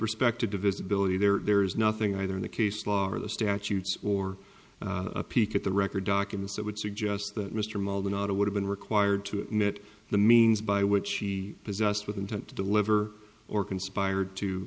respect to divisibility there is nothing either in the case law or the statutes or a peek at the record documents that would suggest that mr maldonado would have been required to admit the means by which he possessed with intent to deliver or conspired to